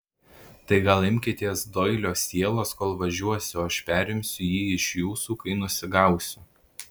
tai gal imkitės doilio sielos kol važiuosiu o aš perimsiu jį iš jūsų kai nusigausiu